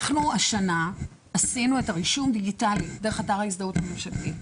אנחנו השנה עשינו את הרישום דיגיטלי דרך אתר ההזדהות הממשלתית.